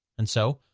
and so,